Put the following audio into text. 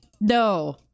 No